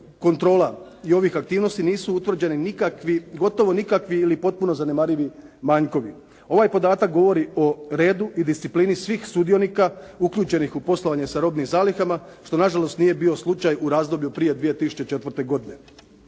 kontrola i ovih aktivnosti nisu utvrđeni gotovo nikakvi ili potpuno zanemarivi manjkovi. Ovaj podatak govori o redu i disciplini svih sudionika uključenih u poslovanje sa robnim zalihama, što nažalost nije bio slučaj u razdoblju prije 2004. godine.